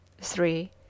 Three